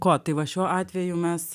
ko tai va šiuo atveju mes